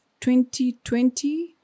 2020